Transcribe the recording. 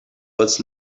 pats